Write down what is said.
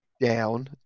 down